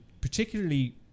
particularly